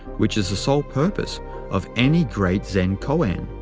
which is the sole purpose of any great zen koan.